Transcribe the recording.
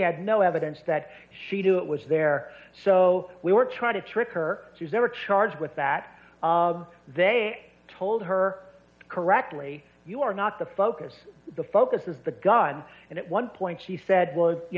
had no evidence that she do it was there so we were trying to trick her she's never charged with that they told her correctly you are not the focus the focus is the gun and at one point she said